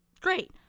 great